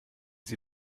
sie